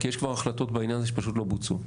כי יש כבר החלטות בעניין שפשוט לא בוצעו,